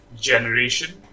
generation